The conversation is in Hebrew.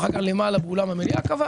ואחר כך למעלה באולם המליאה קבענו.